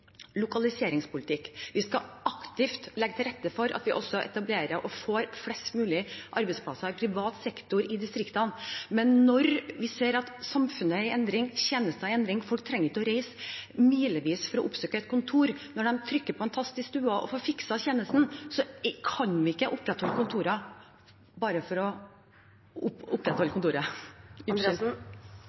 lokaliseringspolitikk. Vi skal aktivt legge til rette for at vi også etablerer og får flest mulig arbeidsplasser i privat sektor i distriktene. Men når vi ser at samfunnet er i endring, tjenester er i endring, folk trenger ikke å reise milevis for å oppsøke et kontor når de kan trykke på en tast i stua og få fikset tjenesten, kan vi ikke opprettholde kontorer bare for å opprettholde kontoret.